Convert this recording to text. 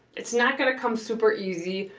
it's not gonna come super easy.